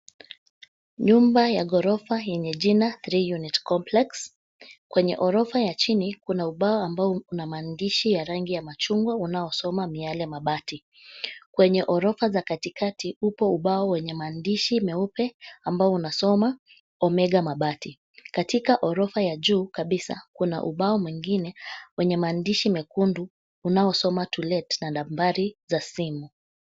Nyumba ya ghorofa ina jina 3 unit complex . Kwenye ghorofa ya chini kuna ubao ambao una maandishi ya rangi ya machungwa unaosoma miale ya mabati. Kwenye ghorofa za katikati upo ubao wenye maandishi meupe ambao unasoma omega mabati. Katika ghorofa ya juu kabisa kuna ubao mwingine wenye mandishi mekundu unaosoma to let na nambari za simu.